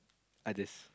others